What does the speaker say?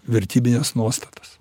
vertybines nuostatas